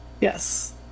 Yes